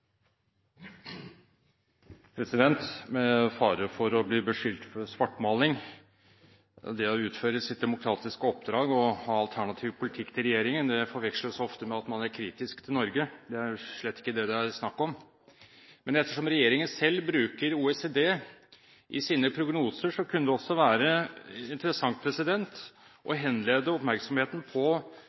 også med en offentlig politikk. Med fare for å bli beskyldt for svartmaling: Det å utføre sitt demokratiske oppdrag og ha alternativ politikk til regjeringen forveksles ofte med at man er kritisk til Norge. Det er slett ikke det det er snakk om. Ettersom regjeringen selv bruker OECD i sine prognoser, kunne det være interessant å henlede oppmerksomheten på